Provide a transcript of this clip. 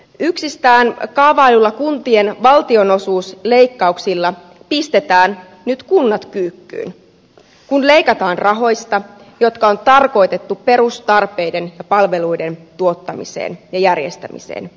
yksistään kaavailluilla kuntien valtionosuusleikkauksilla pistetään nyt kunnat kyykkyyn kun leikataan rahoista jotka on tarkoitettu perustarpeiden ja palveluiden tuottamiseen ja järjestämiseen